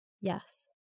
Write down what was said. Yes